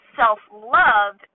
self-love